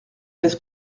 laisse